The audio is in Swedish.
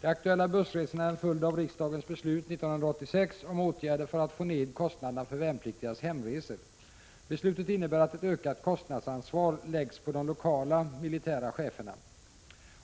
De aktuella bussresorna är en följd av riksdagens beslut år 1986 om åtgärder för att få ned kostnaderna för värnpliktigas hemresor. Beslutet innebär att ett ökat kostnadsansvar läggs på de lokala militära cheferna.